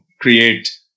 create